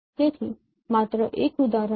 તેથી માત્ર એક ઉદાહરણ છે